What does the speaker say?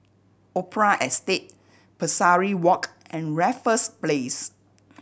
Opera Estate Pesari Walk and Raffles Place